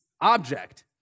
object